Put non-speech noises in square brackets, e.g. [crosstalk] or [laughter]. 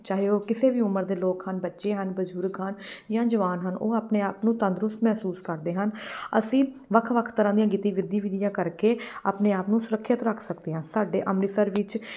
ਚਾਹੇ ਉਹ ਕਿਸੇ ਵੀ ਉਮਰ ਦੇ ਲੋਕ ਹਨ ਬੱਚੇ ਹਨ ਬਜ਼ੁਰਗ ਹਨ ਜਾਂ ਜਵਾਨ ਹਨ ਉਹ ਆਪਣੇ ਆਪ ਨੂੰ ਤੰਦਰੁਸਤ ਮਹਿਸੂਸ ਕਰਦੇ ਹਨ ਅਸੀਂ ਵੱਖ ਵੱਖ ਤਰ੍ਹਾਂ ਦੀਆਂ [unintelligible] ਕਰਕੇ ਆਪਣੇ ਆਪ ਨੂੰ ਸੁਰੱਖਿਅਤ ਰੱਖ ਸਕਦੇ ਹਾਂ ਸਾਡੇ ਅੰਮ੍ਰਿਤਸਰ ਵਿੱਚ